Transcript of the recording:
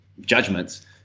judgments